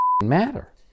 matter